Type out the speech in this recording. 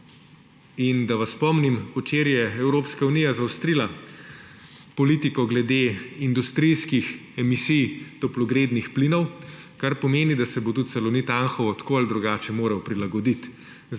Da vas spomnim, včeraj je Evropska unija zaostrila politiko glede industrijskih emisij toplogrednih plinov, kar pomeni, da se bo tudi Salonit Anhovo tako ali drugače moral prilagoditi.